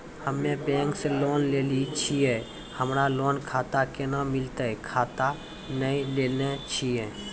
हम्मे बैंक से लोन लेली छियै हमरा लोन खाता कैना मिलतै खाता नैय लैलै छियै?